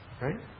Right